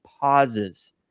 pauses